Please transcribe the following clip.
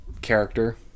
character